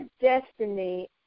destiny